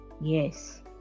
Yes